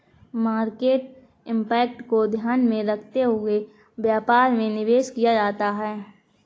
market impact को ध्यान में रखते हुए व्यापार में निवेश किया जाता है